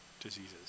diseases